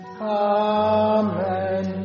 amen